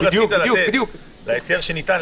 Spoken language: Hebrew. אם רצית לתת להיתר שכבר ניתן,